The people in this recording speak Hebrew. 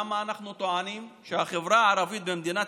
למה אנחנו טוענים שהחברה הערבית במדינת